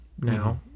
now